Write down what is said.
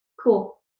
Cool